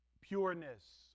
pureness